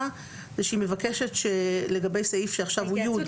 זה שהיא מבקשת לגבי הסעיף שעכשיו הוא (י),